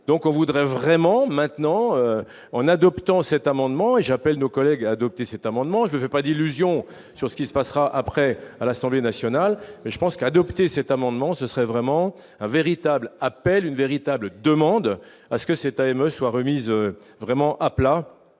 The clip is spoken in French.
donc on voudrait vraiment maintenant en adoptant cet amendement et j'appelle nos collègues adopté cet amendement, je ne fais pas d'illusions sur ce qui se passera après à l'Assemblée nationale, mais je pense qu'adopter cet amendement, ce serait vraiment un véritable appel une véritable demande à ce que c'est à émotion a remise vraiment à plat